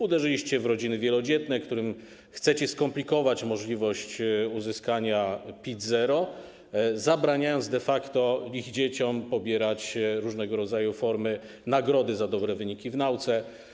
Uderzyliście w rodziny wielodzietne, którym chcecie skomplikować możliwość uzyskania PIT-0, zabraniając de facto ich dzieciom pobierać różnego rodzaju formy nagrody za dobre wyniki w nauce.